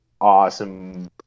awesome